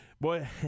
boy